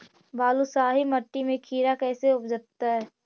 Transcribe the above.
बालुसाहि मट्टी में खिरा कैसे उपजतै?